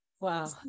Wow